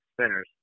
spinners